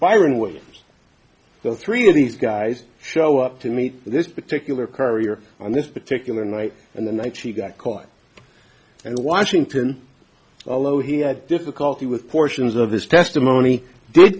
firing with the three of these guys show up to meet this particular courier on this particular night and the night she got caught and washington although he had difficulty with portions of this testimony did